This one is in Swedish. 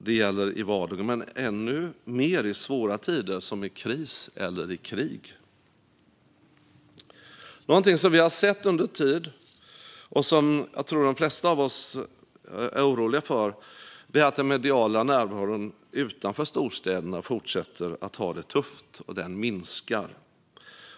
Det gäller i vardagen men ännu mer i svåra tider som i kris eller i krig. Någonting som vi har sett över tid och som jag tror att de flesta av oss är oroliga för är att den mediala närvaron utanför storstäderna fortsätter att ha det tufft. Den minskar.